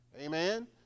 Amen